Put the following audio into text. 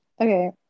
okay